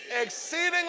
Exceedingly